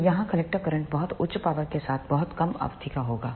तो यहाँ character current बहुत उच्च पावर के साथ बहुत कम अवधि का होगा